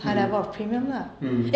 mm mm